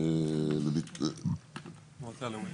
המועצה הלאומית